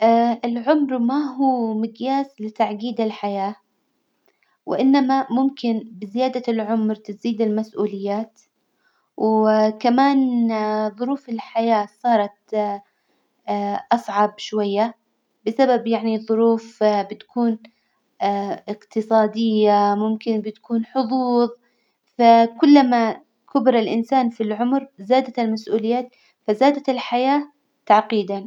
العمر ما هو مجياس لتعجيد الحياة، وإنما ممكن بزيادة العمر تزيد المسئوليات، وكمان ظروف الحياة صارت أصعب شوية بسبب يعني الظروف بتكون إقتصادية، ممكن بتكون حظوظ، فكلما كبر الإنسان في العمر، زادت المسئوليات، فزادت الحياة تعقيدا.